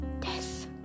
death